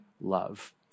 love